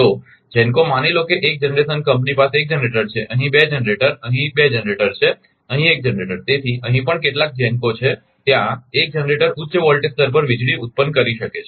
તો GENCO માની લો કે 1 જનરેશન કંપની પાસે 1 જનરેટર છે અહીં 2 જનરેટર અહીં 2 જનરેટર છે અહીં 1 જનરેટર તેથી અહીં પણ કેટલાક GENCO છે ત્યાં 1 જનરેટર ઉચ્ચ વોલ્ટેજ સ્તર પર વીજળી ઉત્પન્ન કરી શકે છે